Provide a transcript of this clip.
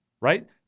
right